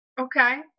Okay